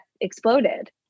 exploded